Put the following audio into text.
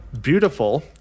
beautiful